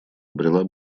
обрела